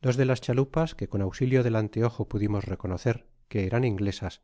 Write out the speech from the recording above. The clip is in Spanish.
dos de las chalupas que con auxilio del anteojo pudimos reconocer que eran inglesas